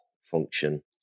function